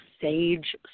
sage